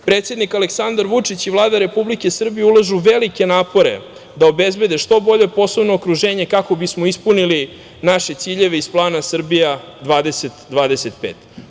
Predsednik Aleksandar Vučić i Vlada Republike Srbije ulažu velike napore da obezbede što bolje poslovno okruženje kako bismo ispunili naše ciljeve iz plana Srbija 2025.